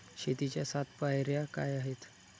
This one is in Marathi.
शेतीच्या सात पायऱ्या काय आहेत?